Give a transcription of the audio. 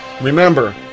Remember